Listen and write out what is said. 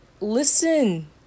listen